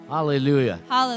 Hallelujah